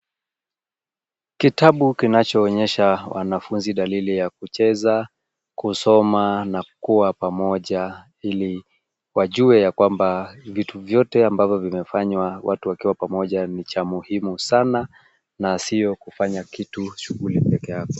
Kitabu kinachoonyesha wanafunzi dalili ya kucheza, kusoma na kuwa pamoja ili wajue ya kwamba vitu vyote ambavyo vimefanywa watu wakiwa pamoja ni cha muhimu sana, na sio kufanya kitu shughuli pekee yako.